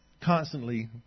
constantly